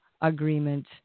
agreement